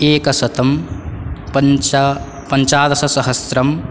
एकशतम् पञ्च पञ्चादशसहस्रम्